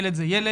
ילד הוא ילד